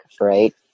right